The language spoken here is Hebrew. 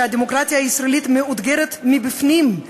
כשהדמוקרטיה הישראלית מאותגרת מבפנים,